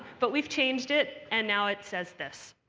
but we've changed it, and now it says this.